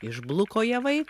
išbluko javai